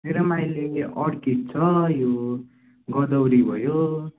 मेरामा अहिले यो अर्किड छ यो गोदावरी भयो